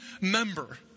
member